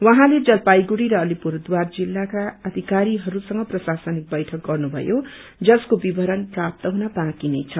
उहाँले जलपाइगदी र अलिपुरद्वार जिल्लाका अर्थिकारीहरूसँग प्रशासनिक वैठक गर्नुभयो जसको विवरण प्राप्त हुन बोंकी नै छ